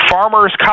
Farmers